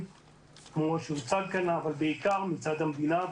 כמו שהוצג כאן אבל בעיקר מצד המדינה.